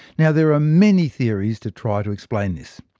now there are many theories to try to explain this.